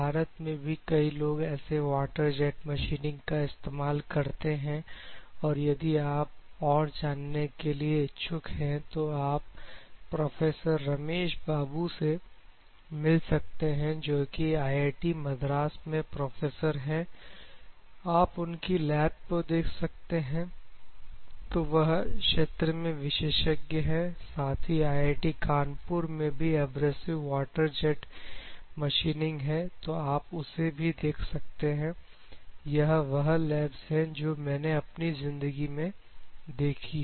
भारत में भी कई लोग ऐसे वाटर जेट मशीनिंग का इस्तेमाल करते हैं और यदि आप और जानने के लिए इच्छुक हैं तो आप प्रोफेसर रमेश बाबू से मिल सकते हैं जो कि आईआईटी मद्रास में प्रोफेसर है आप उनकी लैब को देख सकते हैं तो वह क्षेत्र में विशेषज्ञ है साथ ही आईआईटी कानपुर में भी एब्रेसिव वाटर जेट मशीनिंग है तो आप उसे भी देख सकते हैं यह वह लैब्स है जो मैंने अपनी जिंदगी में देखी है